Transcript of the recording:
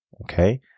Okay